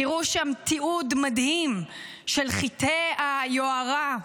תראו שם תיעוד מדהים של חטאי היוהרה,